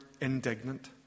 indignant